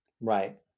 Right